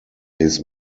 his